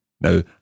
Now